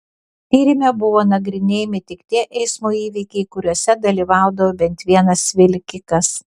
tyrime buvo nagrinėjami tik tie eismo įvykiai kuriuose dalyvaudavo bent vienas vilkikas